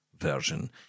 version